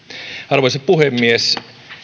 arvoisa puhemies